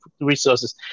resources